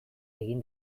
egin